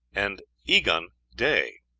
and egun, day